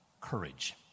courage